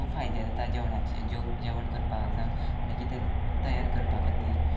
खूब फायदे जाता जेवणाचे जावं जेवण करपाक जावं आनी कितें तयार करपा खातीर